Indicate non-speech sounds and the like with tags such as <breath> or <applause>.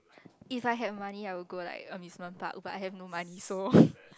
if I had money I would go like amusement park but I have no money so <breath>